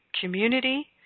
community